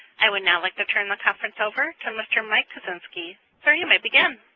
i would now like to turn the conference over to mr. mike koscinski. sir, you may begin.